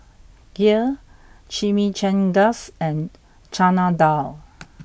Kheer Chimichangas and Chana Dal